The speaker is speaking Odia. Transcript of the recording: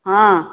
ହଁ